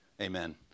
Amen